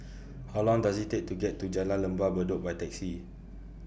How Long Does IT Take to get to Jalan Lembah Bedok By Taxi